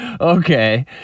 Okay